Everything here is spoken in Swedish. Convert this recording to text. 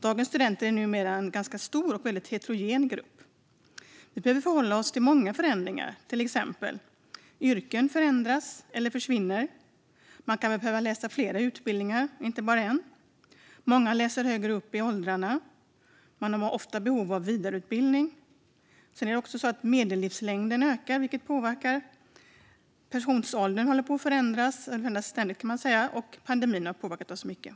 Dagens studenter är numera en stor och väldigt heterogen grupp. Vi behöver förhålla oss till många förändringar, till exempel att yrken förändras eller försvinner. Man kan behöva läsa in flera utbildningar, inte bara en. Många läser högre upp i åldrarna, och man har ofta behov av vidareutbildning. Vidare ökar medellivslängden, vilket påverkar det hela. Pensionsåldern håller på att förändras; den förändras ständigt. Dessutom har pandemin påverkat oss mycket.